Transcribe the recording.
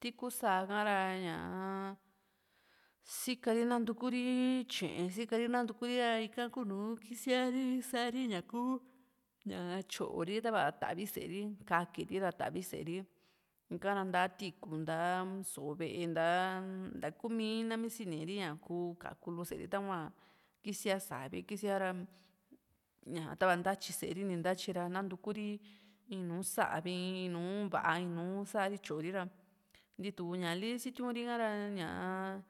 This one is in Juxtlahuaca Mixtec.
tiku sáa ha ra ña ´sika ri nantukuri tye´e sikari nantukuri ra ika kuu´nu kisíari sa´ri ña kuu ña tyóo ri tava ta´vi sée ri kaaki ri ra ta´vi sée ri ika ra nta´a tiikú nta´a so´o ve´e nta´a ntakumii nami siniri ñá kú kakulu sée ri ñaka hua kísia savi kísia ra ña tava ntatyi sée ri ra nanutuku ri in nu sa´vi in va´a in nùù sa´ri tyóo ri ntitu ñali sitiuri ha ra ñaa